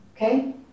Okay